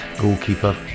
goalkeeper